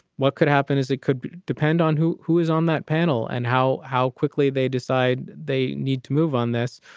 what could happen is it could depend on who who is on that panel and how how quickly they decide they need to move on this.